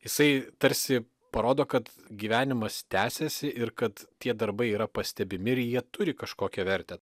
jisai tarsi parodo kad gyvenimas tęsiasi ir kad tie darbai yra pastebimi ir jie turi kažkokią vertę